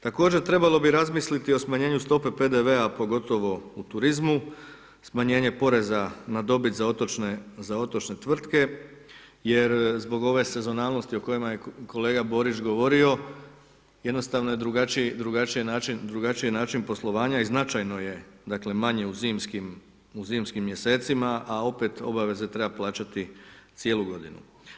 Također trebalo bi razmisliti o smanjenju stope PDV-a pogotovo u turizmu, smanjenje poreza na dobit za otočne tvrtke jer zbog ove sezonalnosti o kojima je kolega Borić govorio jednostavno je drugačiji način poslovanja i značajno je, dakle manji u zimskim mjesecima, a opet obaveze treba plaćati cijelu godinu.